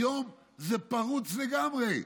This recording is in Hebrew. היום זה פרוץ לגמרי.